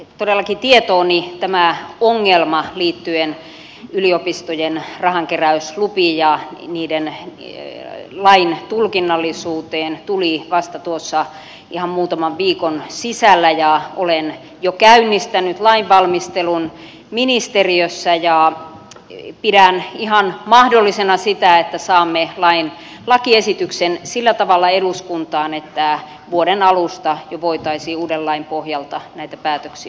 todellakin tietooni tämä ongelma liittyen yliopistojen rahankeräyslupiin ja niitä koskevan lain tulkinnallisuuteen tuli vasta tuossa ihan muutaman viikon sisällä ja olen jo käynnistänyt lain valmistelun ministeriössä ja pidän ihan mahdollisena sitä että saamme lakiesityksen sillä tavalla eduskuntaan että vuoden alusta jo voitaisiin uuden lain pohjalta että päätöksi